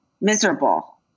miserable